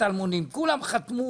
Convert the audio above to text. חתם,